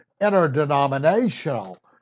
interdenominational